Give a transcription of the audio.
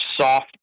soft